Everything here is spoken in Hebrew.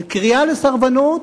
אבל קריאה לסרבנות